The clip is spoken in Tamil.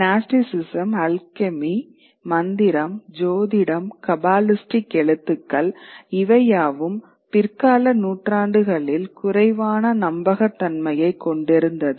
நாஸ்டிசிசம் அல்கெமி மந்திரம் ஜோதிடம் கபாலிஸ்டிக் எழுத்துக்கள் இவையாவும் பிற்கால நூற்றாண்டுகளில் குறைவான நம்பகத்தன்மையைக் கொண்டிருந்தது